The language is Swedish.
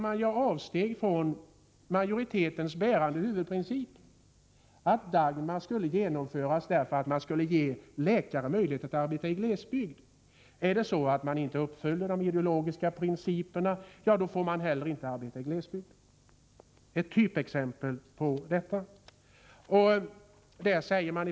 Man gör avsteg från majoritetens bärande huvudprincip, att Dagmarreformen skulle genomföras för att ge läkarna möjlighet att arbeta i glesbygd. Om man inte följer de ideologiska principerna, får man tydligen inte heller arbeta i glesbygd. Vad jag här nämnt är ett typexempel på detta.